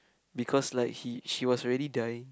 because like he she was already dying